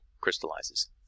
crystallizes